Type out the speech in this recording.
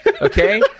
Okay